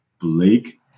Blake